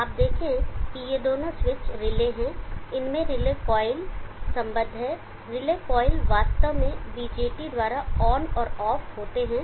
आप देखें कि ये दोनों स्विच रिले हैं इनमें रिले कॉइल संबद्ध हैं रिले कॉयल वास्तव में BJTs द्वारा ऑन और ऑफ होते हैं